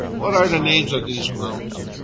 what are the names of these mountains?